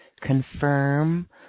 confirm